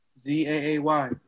Z-A-A-Y